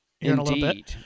Indeed